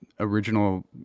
Original